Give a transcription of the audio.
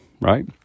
right